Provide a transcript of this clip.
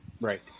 Right